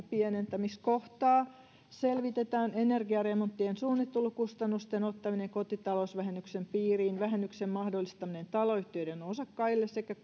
pienentämiskohtaa selvitetään energiaremonttien suunnittelukustannusten ottaminen kotitalousvähennyksen piiriin vähennyksen mahdollistaminen taloyhtiöiden osakkaille sekä